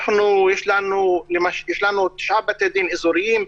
יש לנו תשעה בתי דין אזוריים,